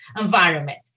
environment